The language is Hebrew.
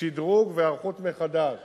שדרוג והיערכות מחדש